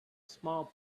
small